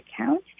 account